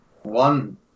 one